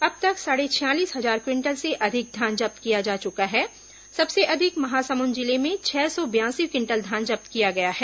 अब तक साढ़े छियालीस हजार क्विंटल से अधिक धान जब्त किया जा चुका अधिक महासमुंद जिले में छह सौ बयासी क्विंटल धान जब्त किया गया है